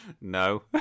No